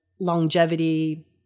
longevity